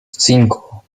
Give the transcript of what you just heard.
cinco